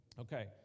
Okay